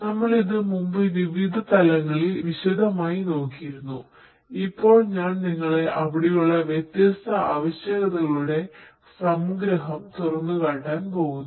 നമ്മൾ ഇത് മുമ്പ് വിവിധ തലങ്ങളിൽ വിശദമായി നോക്കിയിരുന്നു ഇപ്പോൾ ഞാൻ നിങ്ങളെ അവിടെയുള്ള വ്യത്യസ്ത ആവശ്യകതകളുടെ സംഗ്രഹം തുറന്നുകാട്ടാൻ പോകുന്നു